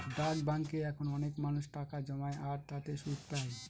ডাক ব্যাঙ্কে এখন অনেক মানুষ টাকা জমায় আর তাতে সুদ পাই